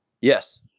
Yes